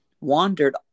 wandered